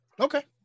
okay